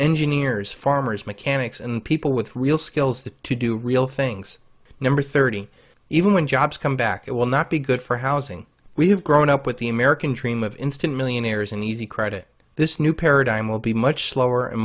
engineers farmers mechanics and people with real skills to do real things number thirty even when jobs come back it will not be good for housing we have grown up with the american dream of instant millionaires and easy credit this new paradigm will be much slower and